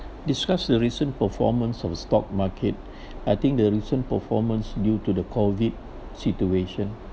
discuss the recent performance of stock market I think the recent performance due to the COVID situation